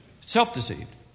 Self-deceived